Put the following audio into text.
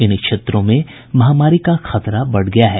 इन क्षेत्रों में महामारी का खतरा बढ़ गया है